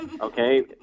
Okay